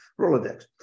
Rolodex